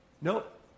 Nope